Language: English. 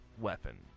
weapon